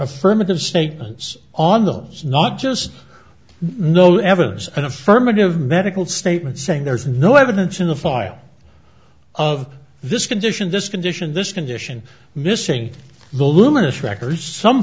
affirmative statements on the it's not just no evidence an affirmative medical statement saying there is no evidence in the file of this condition this condition this condition missing the luminous records some